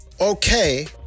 okay